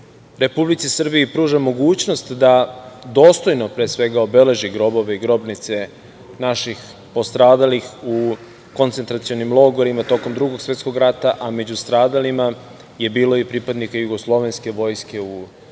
Republici Srbiji pruža mogućnost da dostojno, pre svega, obeleži grobove i grobnice naših postradalih u koncentracionim logorima tokom Drugog svetskog rata, a među stradalima je bilo i pripadnika jugoslovenske vojske u